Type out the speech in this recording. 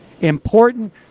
important